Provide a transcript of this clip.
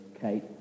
Kate